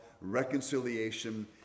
reconciliation